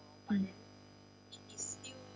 mm